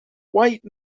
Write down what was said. white